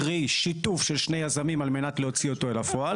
קרי שיתוף של שני יזמין על מנת להוציא אותו לפועל.